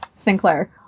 Sinclair